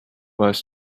was